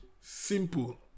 simple